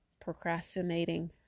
procrastinating